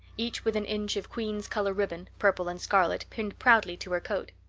each with an inch of queen's color ribbon purple and scarlet pinned proudly to her coat.